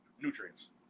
nutrients